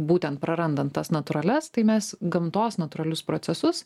būtent prarandant tas natūralias tai mes gamtos natūralius procesus